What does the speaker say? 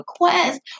request